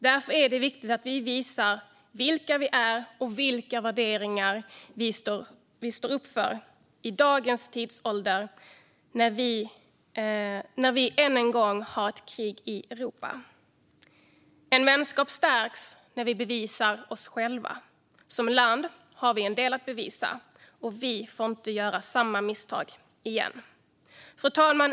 Därför är det viktigt att vi visar vilka vi är och vilka värderingar vi står upp för i dagens tidsålder när vi än en gång har ett krig i Europa. En vänskap stärks när man bevisar sig själv. Som land har vi en del att bevisa, och vi får inte göra samma misstag igen. Fru talman!